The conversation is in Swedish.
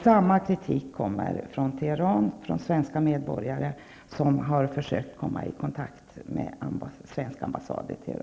Samma kritik kommer från svenska medborgare i Teheran som har försökt att komma i kontakt med svenska ambassaden där.